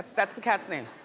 that's the cat's name.